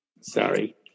Sorry